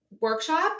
workshop